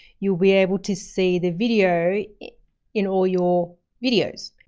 you'll be able to see the video in all your videos.